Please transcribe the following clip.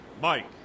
Mike